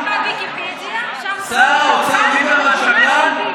יש לך ויקיפדיה, שם כתוב, שר האוצר ליברמן שקרן?